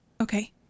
Okay